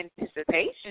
anticipation